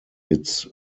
its